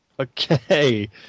Okay